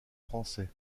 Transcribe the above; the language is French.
français